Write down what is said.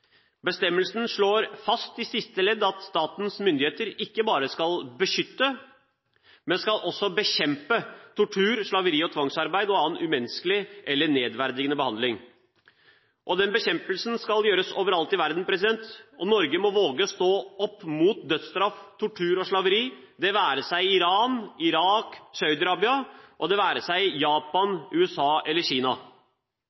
Bestemmelsen slår i siste ledd fast at statens myndigheter ikke bare skal beskytte, men også bekjempe tortur, slaveri og tvangsarbeid og annen umenneskelig eller nedverdigende behandling. Den bekjempelsen skal gjøres overalt i verden. Norge må våge å stå opp mot dødsstraff, tortur og slaveri – det være seg i Iran, Irak eller Saudi Arabia, og det være seg i Japan,